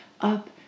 up